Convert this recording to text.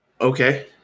Okay